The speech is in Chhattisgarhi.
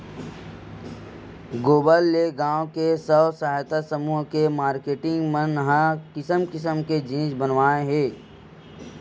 गोबर ले गाँव के स्व सहायता समूह के मारकेटिंग मन ह किसम किसम के जिनिस बनावत हे